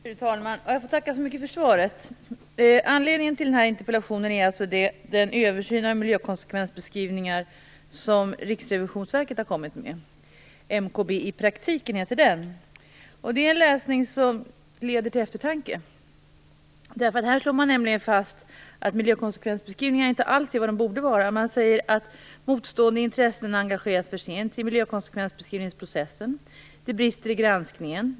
Fru talman! Jag får tacka så mycket för svaret. Anledningen till den här interpellationen är alltså den översyn av miljökonsekvensbeskrivningar som Riksrevisionsverket har gjort. MKB i praktiken, heter den. Det är en läsning som leder till eftertanke. Här slår man nämligen fast att miljökonsekvensbeskrivningar inte alls är vad de borde vara. Man säger att motstående intressen engageras för sent i miljökonsekvensbeskrivningsprocessen. Det brister i granskningen.